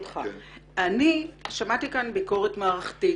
--- ברשותך, אני שמעתי כאן ביקורת מערכתית.